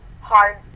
hard